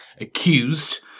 accused